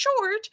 short